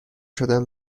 شدم